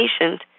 patient